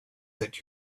that